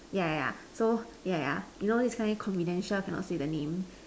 yeah yeah yeah so yeah yeah yeah you know this kind confidential cannot say the name